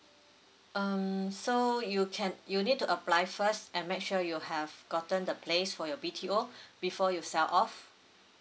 um so you can you need to apply first and make sure you have gotten the place for your B_T_O before you sell off